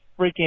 freaking